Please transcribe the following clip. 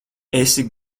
esi